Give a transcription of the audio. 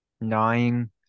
nine